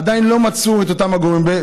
עדיין לא מצאו את אותם הגורמים.